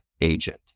agent